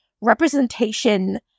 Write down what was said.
representation